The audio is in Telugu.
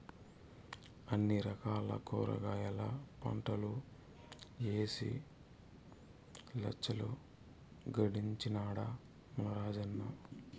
అన్ని రకాల కూరగాయల పంటలూ ఏసి లచ్చలు గడించినాడ మన రాజన్న